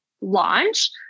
Launch